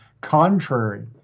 contrary